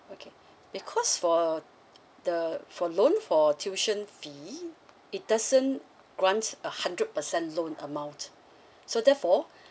okay because for the for loan for tuition fee it doesn't grant a hundred percent loan amount so therefore